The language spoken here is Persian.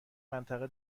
منطقه